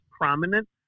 prominent